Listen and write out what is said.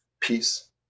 peace